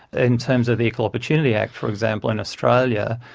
in terms of the equal opportunity act, for example, in australia,